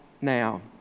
now